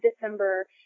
December